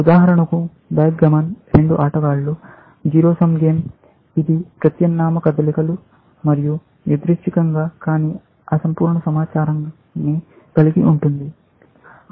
ఉదాహరణకు బ్యాక్గామన్ రెండు ఆటగాళ్ళు జీరో సమ్మె గేమ్ ఇది ప్రత్యామ్నాయ కదలికలు మరియు యాదృచ్ఛిక కానీ అసంపూర్ణ సమాచారాన్ని కలిగి ఉంటుంది